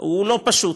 הוא לא פשוט,